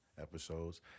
episodes